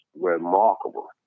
remarkable